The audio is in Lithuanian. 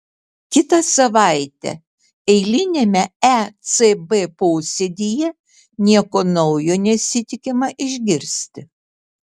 kitą savaitę eiliniame ecb posėdyje nieko naujo nesitikima išgirsti